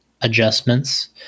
adjustments